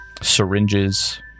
syringes